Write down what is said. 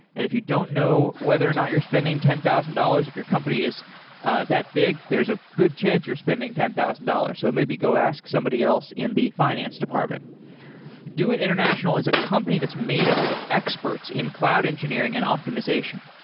if you don't know whether or not you're spending ten thousand dollars. if your company is that big, there's a good chance you're spending ten thousand dollars so maybe go ask somebody else in the finance department do it international is a company that's made up of experts in cloud engineering and optimization.